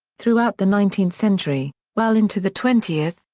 throughout the nineteenth century, well into the twentieth,